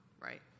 right